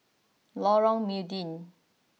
Lorong Mydin